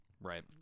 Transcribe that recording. Right